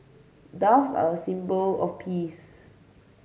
doves are a symbol of peace